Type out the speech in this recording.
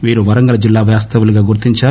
వీరు వరంగల్ జిల్లా వాస్తవ్యులుగా గుర్తించారు